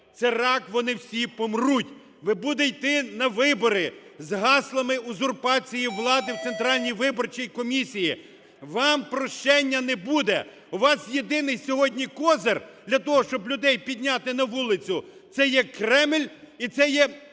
"Це рак, вони всі помруть". Ви будете іти на вибори з гаслами "Узурпація влади в Центральній виборчій комісії". Вам прощення не буде. У вас єдиний сьогодні козир для того, щоб людей підняти на вулицю, це є Кремль, і це є